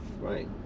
Right